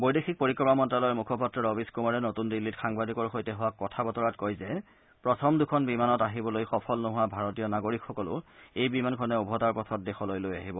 বৈদেশিক পৰিক্ৰমা মন্তালয়ৰ মুখপাত্ৰ ৰবিশ কুমাৰে নতূন দিল্লীত সাংবাদিকৰ সৈতে হোৱা কথা বতৰাত কয় যে প্ৰথম দুখন বিমানত আহিবলৈ সফল নোহোৱা ভাৰতীয় নাগৰিকসকলকো এই বিমানখনে ওভতাৰ পথত দেশলৈ লৈ আহিব